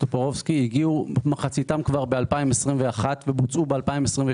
טופורובסקי הגיעו מחציתם ב-2021 ובוצעו ב-2022,